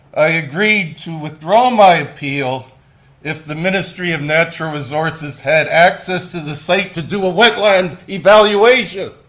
i agreed to withdraw my appeal if the ministry of natural resources had access to the site to do a wetland evaluation.